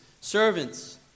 servants